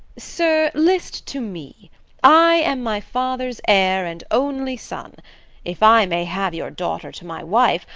sir, list to me i am my father's heir and only son if i may have your daughter to my wife,